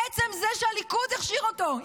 עצם זה שהליכוד הכשיר אותו,